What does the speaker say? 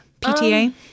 pta